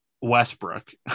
Westbrook